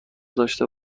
داشته